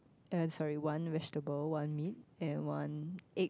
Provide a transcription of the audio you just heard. uh sorry one vegetable one meat and one egg